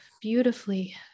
beautifully